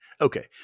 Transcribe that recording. Okay